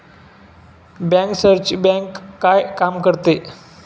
बँकर्सची बँक काय काम करते?